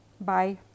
Bye